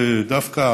דווקא